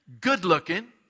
good-looking